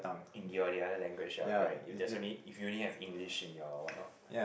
in your the other language ya correct if there's only if you only have English in your what oh